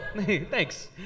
Thanks